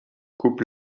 coupe